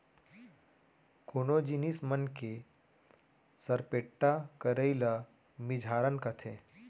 कोनो जिनिस मन के सरपेट्टा करई ल मिझारन कथें